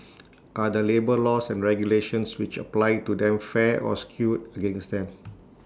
are the labour laws and regulations which apply to them fair or skewed against them